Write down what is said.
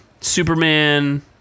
Superman